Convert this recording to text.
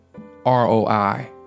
ROI